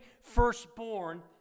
firstborn